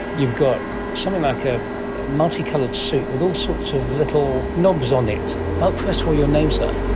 you've got something like a multicoloured suit with all sorts of little knobs on it. but first of all, your name sir?